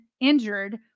injured